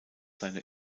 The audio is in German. seine